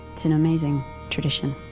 it's an amazing tradition